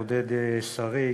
עודד שריג,